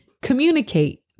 Communicate